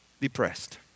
depressed